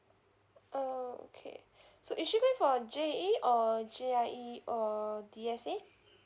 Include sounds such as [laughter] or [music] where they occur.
oh okay [breath] so actually for uh J_E or J_I_E or D_S_A